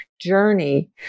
journey